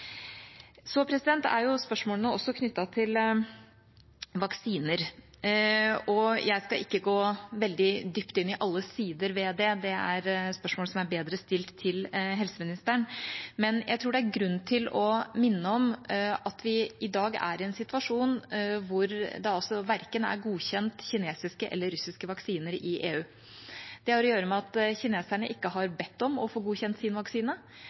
er det spørsmål også knyttet til vaksiner. Jeg skal ikke gå veldig dypt inn i alle sider ved det, det er spørsmål som det er bedre stilles til helseministeren. Men jeg tror det er grunn til å minne om at vi i dag er i en situasjon hvor det verken er godkjent kinesiske eller russiske vaksiner i EU. Det har å gjøre med at kineserne ikke har bedt om å få godkjent